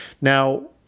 Now